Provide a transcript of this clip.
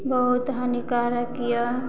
बहुत हानिकारक यऽ